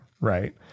right